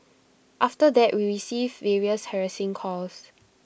after that we received various harassing calls